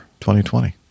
2020